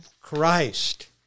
Christ